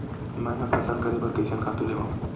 मैं ह फसल करे बर कइसन खातु लेवां?